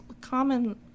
common